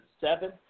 seven